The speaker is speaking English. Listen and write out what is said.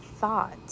thought